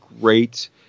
great